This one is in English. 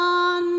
on